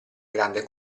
grande